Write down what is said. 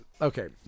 okay